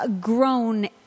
grown